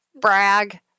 brag